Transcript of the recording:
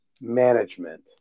management